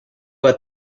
let